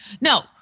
No